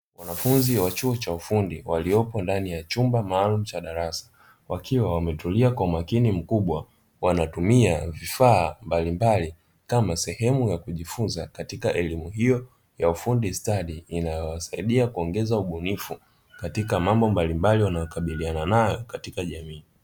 Wanafunzi wa chuo cha ufundi waliopo ndani ya chumba maalumu cha darasa wakiwa wametulia kwa makini, mkubwa wanatumia vifaa mbalimbali kama sehemu ya kujifunza katika elimu hiyo ya ufundi stadi inayowasaidia kuongeza ubunifu katika mambo mbalimbali wanayokabiliana nayo katika jamii.